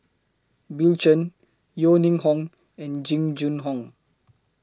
Bill Chen Yeo Ning Hong and Jing Jun Hong